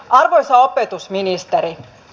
arvoisa opetusministeri